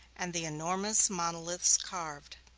and the enormous monoliths carved,